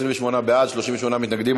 28 בעד, 38 מתנגדים.